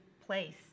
place